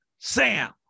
Sam